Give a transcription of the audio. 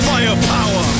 Firepower